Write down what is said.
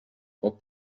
poc